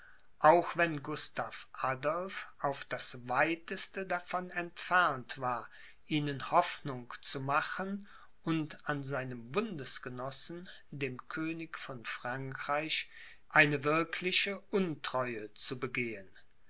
auch wenn gustav adolph auf das weiteste davon entfernt war ihnen hoffnung zu machen und an seinem bundesgenossen dem könig von frankreich eine wirkliche untreue zu begehen